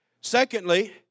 Secondly